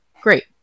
great